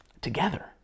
together